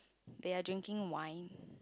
they are drinking wine